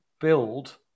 build